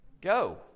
go